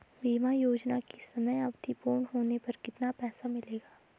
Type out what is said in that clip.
बीमा योजना की समयावधि पूर्ण होने पर कितना पैसा मिलेगा?